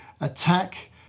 attack